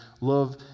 love